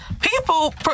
People